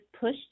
pushed